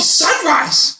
sunrise